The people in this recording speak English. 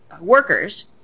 workers